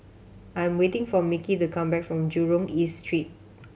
I'm waiting for Micky to come back from Jurong East Street